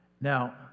Now